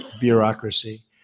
bureaucracy